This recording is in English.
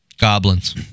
Goblins